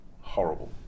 horrible